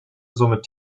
somit